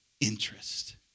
interest